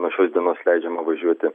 nuo šios dienos leidžiama važiuoti